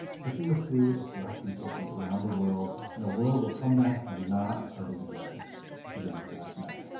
cooking the food of black people from around the world, in a world where comebacks are not readily given to young black men